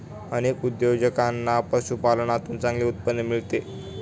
अनेक उद्योजकांना पशुपालनातून चांगले उत्पन्न मिळते